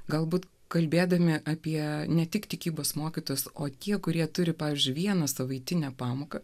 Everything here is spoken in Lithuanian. galbūt kalbėdami apie ne tik tikybos mokytojus o tie kurie turi pavyzdžiui vieną savaitinę pamoką